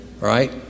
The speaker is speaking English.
right